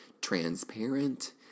Transparent